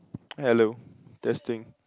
hello testing